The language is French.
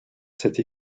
cette